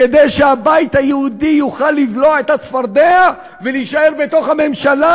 כדי שהבית היהודי תוכל לבלוע את הצפרדע ולהישאר בתוך הממשלה,